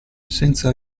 senza